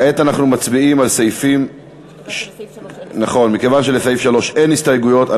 מכיוון שלסעיף 3 אין הסתייגויות,